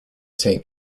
saint